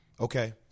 okay